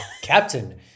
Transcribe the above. Captain